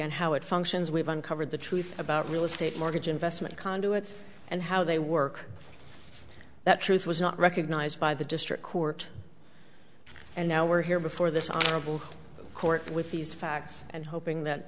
and how it functions we've uncovered the truth about real estate mortgage investment conduit and how they work that truth was not recognized by the district court and now we're here before this honorable court with these facts and hoping that